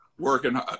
working